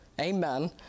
amen